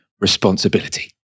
responsibility